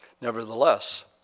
Nevertheless